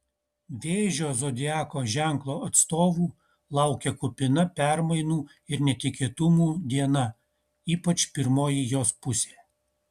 vėžio zodiako ženklo atstovų laukia kupina permainų ir netikėtumų diena ypač pirmoji jos pusė